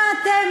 מה אתם,